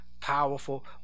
powerful